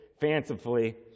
fancifully